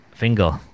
Finger